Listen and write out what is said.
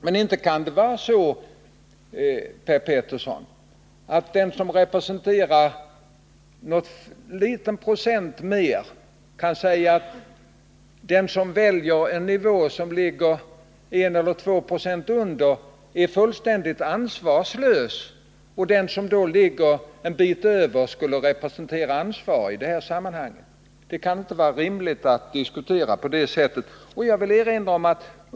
Men inte kan det vara så att den som vill ha en nivå som ligger I å 2 20 lägre än vad regeringen föreslagit är fullständigt ansvarslös, medan den som vill ha en något högre nivå skulle representera ansvaret. Det kan inte vara rimligt att diskutera på det sättet.